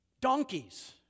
Donkeys